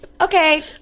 Okay